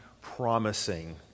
promising